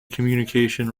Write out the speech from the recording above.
communication